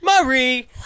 Marie